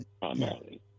Primarily